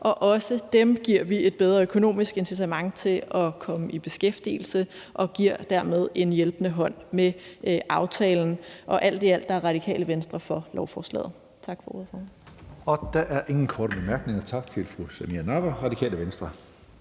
og også dem giver vi et bedre økonomisk incitament til at komme i beskæftigelse, og vi giver dem dermed en hjælpende hånd med aftalen. Alt i alt er Radikale Venstre for lovforslaget.